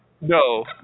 no